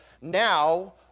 Now